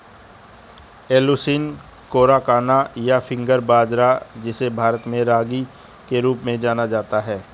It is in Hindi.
एलुसीन कोराकाना, या फिंगर बाजरा, जिसे भारत में रागी के रूप में जाना जाता है